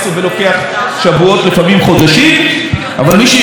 ומי שירצה להסתמך על בדיקת מעבדה בארצות הברית או ביפן,